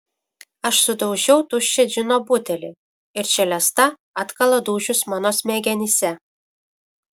aš sudaužau tuščią džino butelį ir čelesta atkala dūžius mano smegenyse